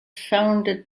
founded